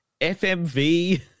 FMV